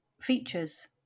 features